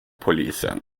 polisen